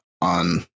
on